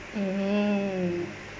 mmhmm